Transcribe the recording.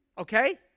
Okay